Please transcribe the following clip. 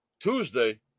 Tuesday